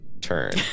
turn